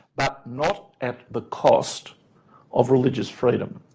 but not at the cost of religious freedom.